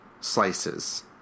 slices